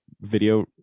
video